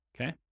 Okay